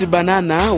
Banana